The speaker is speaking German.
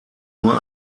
nur